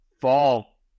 fall